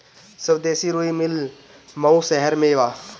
स्वदेशी रुई मिल मऊ शहर में बा